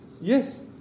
Yes